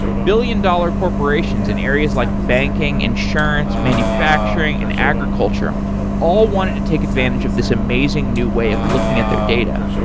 billion-dollar corporations in areas like banking, insurance, manufacturing and agriculture all wanted to take advantage of this amazing new way of looking at their data,